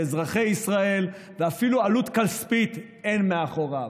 לאזרחי ישראל ואפילו עלות כספית אין מאחוריו.